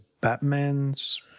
Batman's